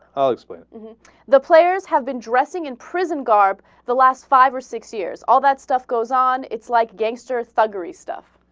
ah. like split the players have been dressing in prison garb the last five or six years all that stuff goes on it's like gangster thuggery stuff